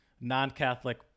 non-Catholic